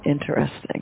interesting